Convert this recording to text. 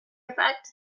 effect